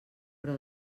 però